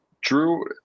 Drew